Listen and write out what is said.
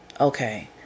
okay